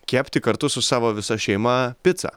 kepti kartu su savo visa šeima picą